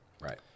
right